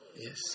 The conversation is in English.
Yes